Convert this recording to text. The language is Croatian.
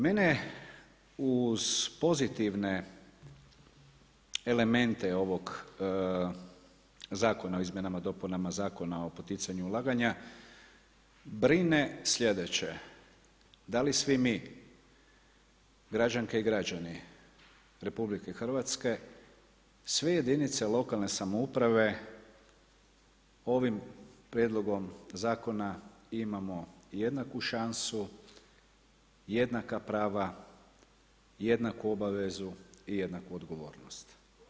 Mene uz pozitivne elemente ovog zakona o izmjenama i dopunama Zakona o poticanju ulaganja brine sljedeće, da li svi mi građanke i građani RH sve jedinice lokalne samouprave ovim prijedlogom zakona imamo jednaku šansu, jednaka prava, jednaku obavezu i jednaku odgovornost?